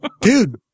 Dude